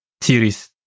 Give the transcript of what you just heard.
series